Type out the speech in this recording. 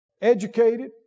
educated